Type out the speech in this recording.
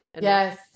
Yes